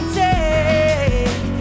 take